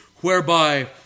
whereby